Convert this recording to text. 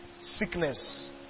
sickness